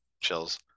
chills